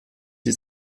die